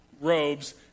robes